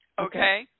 Okay